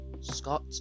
Scott